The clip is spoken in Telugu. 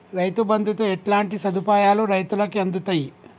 రైతు బంధుతో ఎట్లాంటి సదుపాయాలు రైతులకి అందుతయి?